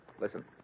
listen